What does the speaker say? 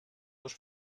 dos